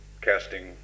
casting